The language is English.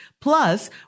plus